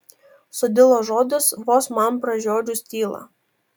sudilo žodis vos man pražiodžius tylą